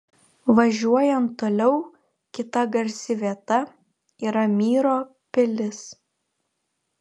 važiuojant toliau kita garsi vieta yra myro pilis